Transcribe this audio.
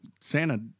Santa